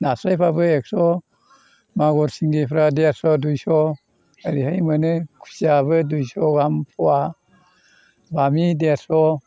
नास्राइफ्राबो एक्स' मागुर सिंगिफ्रा देरस' दुइस' ओरैहाय मोनो खुसियाबो दुइस' गाहाम फवा बामि देरस'